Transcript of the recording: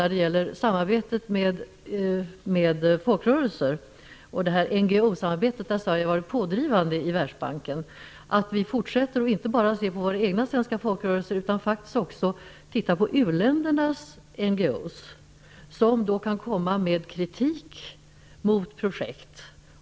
När det gäller samarbetet med folkrörelser och NGO samarbetet, där Sverige har varit pådrivande i Världsbanken, utgår jag från att vi inte bara ser till våra egna folkrörelser utan faktiskt också uppmärksammar u-ländernas NGO-organisationer, som kan föra fram kritik mot projekt.